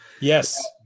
Yes